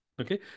Okay